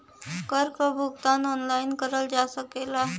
कर क भुगतान ऑनलाइन करल जा सकला